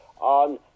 on